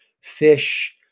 Fish